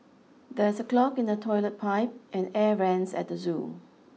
there's a clog in the toilet pipe and air vents at the zoo